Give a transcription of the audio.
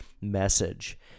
message